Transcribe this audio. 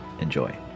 Enjoy